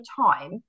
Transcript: time